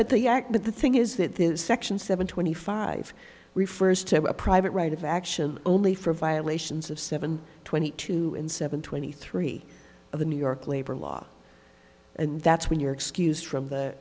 but the act but the thing is that the section seven twenty five refers to a private right of action only for violations of seven twenty two and seven twenty three of the new york labor law and that's when you're excused from the